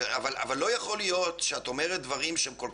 אבל לא יכול להיות שאת אומרת דברים שהם כל